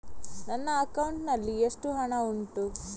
ನನ್ನ ಅಕೌಂಟ್ ನಲ್ಲಿ ಎಷ್ಟು ಹಣ ಉಂಟು?